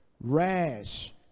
rash